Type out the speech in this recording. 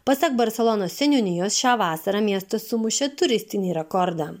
pasak barselonos seniūnijos šią vasarą miestas sumušė turistinį rekordą